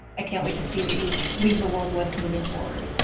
i can't wait to see what you leave the world with moving forward.